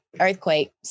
earthquake